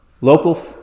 local